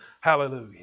Hallelujah